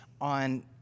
on